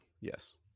yes